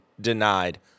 denied